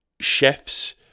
Chefs